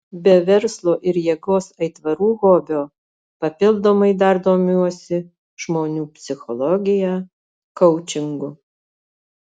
be verslo ir jėgos aitvarų hobio papildomai dar domiuosi žmonių psichologija koučingu